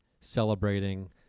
celebrating